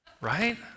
right